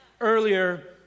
earlier